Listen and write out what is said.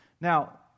Now